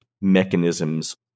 mechanisms